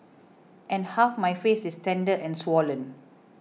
and half my face is tender and swollen